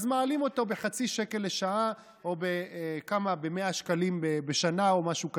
אז מעלים אותו בחצי שקל לשעה או ב-100 שקלים בשנה או משהו כזה.